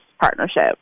partnership